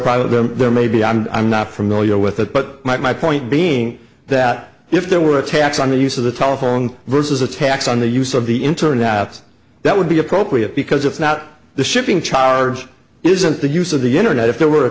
problem there maybe i'm i'm not familiar with it but my point being that if there were a tax on the use of the telephone versus a tax on the use of the internet that would be appropriate because if not the shipping charge isn't the use of the internet if there were a